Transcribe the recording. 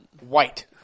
White